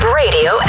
radio